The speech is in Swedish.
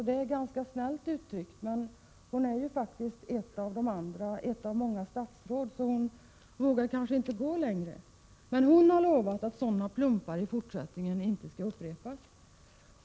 Det var ju ganska snällt uttryckt, men hon är ju ett av flera statsråd så hon vågar kanske inte gå längre. Hon har i alla fall lovat att sådana plumpar i fortsättningen inte skall upprepas.